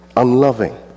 unloving